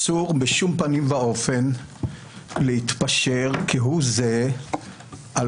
שאסור בשום פנים ואופן להתפשר כהוא זה על